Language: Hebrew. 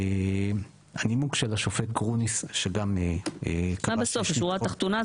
הנימוק של השופט גרוניס שגם --- מה בשורה התחתונה,